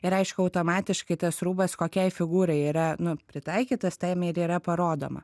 ir aišku automatiškai tas rūbas kokiai figūrai yra nu pritaikytas tam ir yra parodoma